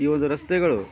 ಈ ಒಂದು ರಸ್ತೆಗಳು